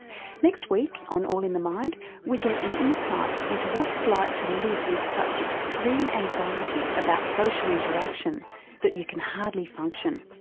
next week on all in the mind we get an insight into what it's like to live with such extreme anxiety about social interaction that you can hardly function.